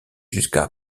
jusqu’à